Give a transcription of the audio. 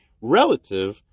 relative-